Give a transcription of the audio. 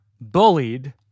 bullied